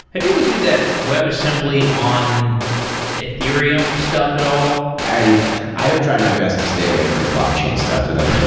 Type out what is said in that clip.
have you looked at that webassembly on ethereum stuff at all? i i have tried my best to stay away from blockchain stuff for the moment.